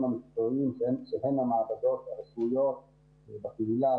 המקצועיים שהן המעבדות הרפואיות בקהילה,